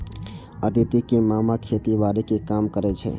अदिति के मामा खेतीबाड़ी के काम करै छै